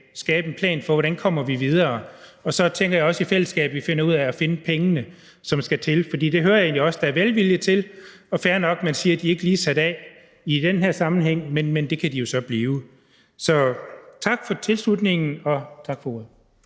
skabe en plan for, hvordan vi kommer videre. Og så tænker jeg også, at vi i fællesskab finder ud af at finde pengene, som skal til, for det hører jeg egentlig også at der er velvilje i forhold til. Og det er fair nok, at man siger, at de ikke lige er sat af i den her sammenhæng, men det kan de jo så blive. Så tak for tilslutningen, og tak for ordet.